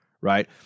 right